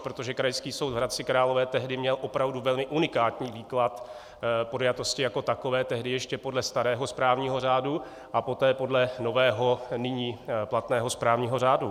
Protože Krajský soud v Hradci Králové tehdy měl opravdu velmi unikátní výklad podjatosti jako takové, tehdy ještě podle starého správního řádu, a poté podle nového, nyní platného správního řádu.